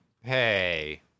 Hey